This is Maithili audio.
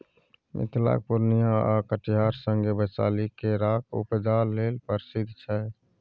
मिथिलाक पुर्णियाँ आ कटिहार संगे बैशाली केराक उपजा लेल प्रसिद्ध छै